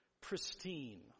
pristine